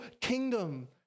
kingdom